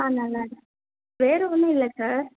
ஆ நல்லா இருக்கேன் வேறு ஒன்றும் இல்லை சார்